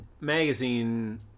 magazine